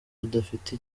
udafite